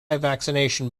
vaccination